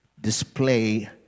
display